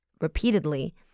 repeatedly